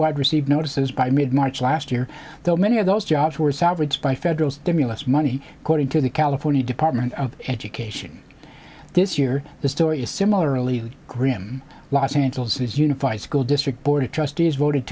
wide received notices by mid march last year though many of those jobs were salvaged by federal stimulus money according to the california department of education this year the story is similarly grim los angeles unified school district board of trustees voted